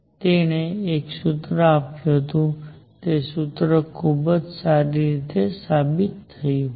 તેથી તેણે એક સૂત્ર બરાબર આપ્યુ અને તે સૂત્ર ખૂબ સારી રીતે સાબિત થયું